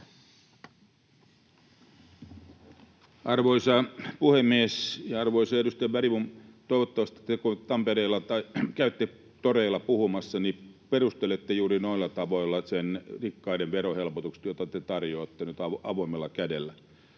Arvoisa puhemies! Ja arvoisa edustaja Bergbom, toivottavasti, kun te käytte toreilla puhumassa, perustelette juuri noilla tavoilla rikkaiden verohelpotukset, joita te tarjoatte nyt avoimella kädellä.